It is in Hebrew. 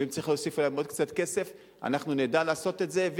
ואם צריך להוסיף להם עוד קצת כסף אנחנו נדע לעשות את זה,